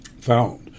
found